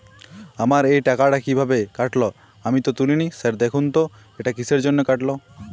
আমার এই টাকাটা কীভাবে কাটল আমি তো তুলিনি স্যার দেখুন তো এটা কিসের জন্য কাটল?